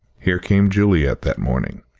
here came juliet that morning.